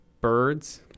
birds